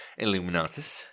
Illuminatus